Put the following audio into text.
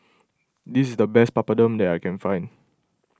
this is the best Papadum that I can find